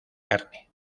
carne